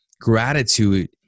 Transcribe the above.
gratitude